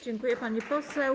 Dziękuję, pani poseł.